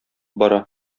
бара